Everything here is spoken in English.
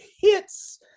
hits